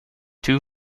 two